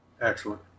Excellent